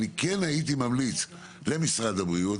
אני כן הייתי ממליץ למשרד הבריאות,